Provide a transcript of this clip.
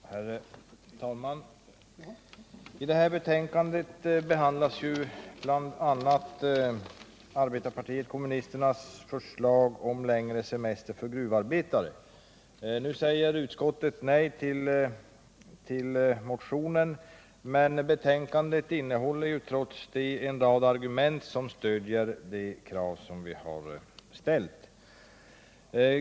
Herr talman! I detta betänkande behandlas bl.a. arbetarpartiet kommunisternas förslag om längre semester för gruvarbetare. Utskottet säger nej till motionen, men betänkandet innehåller trots detta en rad argument som stödjer de krav som vi har ställt.